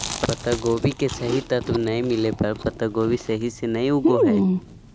पत्तागोभी के सही तत्व नै मिलय पर पत्तागोभी सही से नय उगो हय